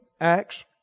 Acts